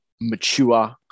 mature